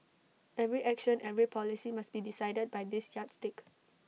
every action every policy must be decided by this yardstick